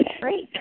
Great